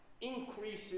increases